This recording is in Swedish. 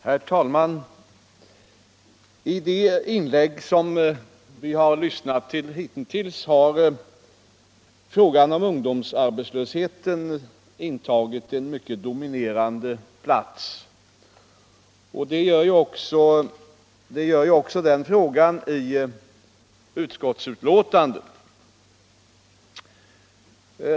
Herr talman! I de inlägg som vi lyssnat till hitintills har frågan om ungdomsarbetslösheten intagit en mycket dominerande plats, och det gör den också i utskottsbetänkandet.